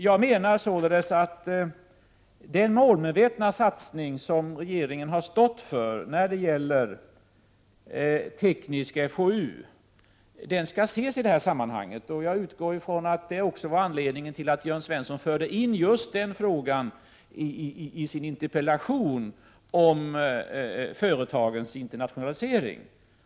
Jag menar att den målmedvetna satsning som regeringen har stått för när det gäller teknisk Fou skall ses i det här sammanhanget. Jag utgår från att detta var anledningen till att Jörn Svensson förde in just den frågan i sin interpellation om företagens internationalisering.